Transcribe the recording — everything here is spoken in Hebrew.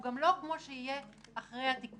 והוא גם לא כמו שיהיה אחרי התיקון,